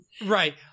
Right